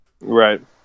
Right